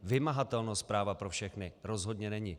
Vymahatelnost práva pro všechny rozhodně není.